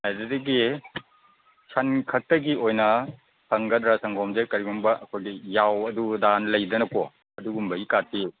ꯑꯗꯨꯗꯒꯤ ꯁꯟ ꯈꯛꯇꯒꯤ ꯑꯣꯏꯅ ꯐꯪꯒꯗ꯭ꯔꯥ ꯁꯪꯒꯣꯝꯁꯦ ꯀꯔꯤꯒꯨꯝꯕ ꯑꯩꯈꯣꯏꯒꯤ ꯌꯥꯎ ꯑꯗꯨ ꯑꯗꯥ ꯂꯩꯗꯅꯀꯣ ꯑꯗꯨꯒꯨꯝꯕꯒꯤ ꯀꯥꯗꯤ